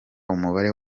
umubare